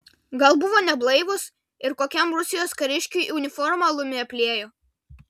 gal buvo neblaivūs ir kokiam rusijos kariškiui uniformą alumi apliejo